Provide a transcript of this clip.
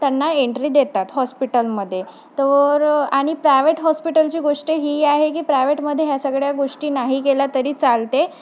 त्यांना एंट्री देतात हॉस्पिटलमध्ये तर आणि प्रायवेट हॉस्पिटलची गोष्ट ही आहे की प्रायव्हेटमध्ये ह्या सगळ्या गोष्टी नाही केल्या तरी चालते